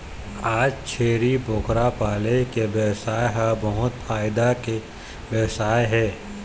आज छेरी बोकरा पाले के बेवसाय ह बहुत फायदा के बेवसाय हे